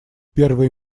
первые